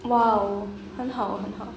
!wow! 很好很好